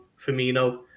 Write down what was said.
Firmino